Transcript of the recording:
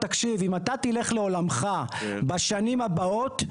תקשיב אם אתה תלך לעולמך בשנים הבאות,